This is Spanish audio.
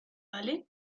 vale